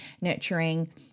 nurturing